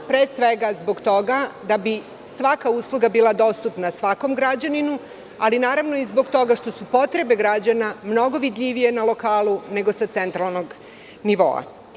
Pre svega zbog toga da bi svaka usluga bila dostupna svakom građaninu, ali, naravno i zbog toga što su potrebe građanina mnogo vidljivije na lokalu nego sa centralnog nivoa.